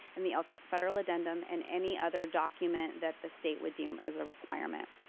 and the lcap federal addendum and any other document that the state would deem as a requirement.